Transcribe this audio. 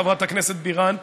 חברת הכנסת בירן,